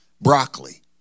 Broccoli